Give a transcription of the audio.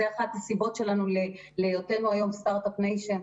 זו אחת הסיבות להיותנו היום סטארט-אפ ניישן.